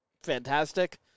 fantastic